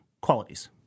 qualities